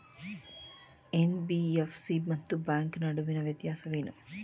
NBFC ಮತ್ತು bank ನಡುವಿನ ವ್ಯತ್ಯಾಸವೇನು?